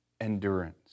endurance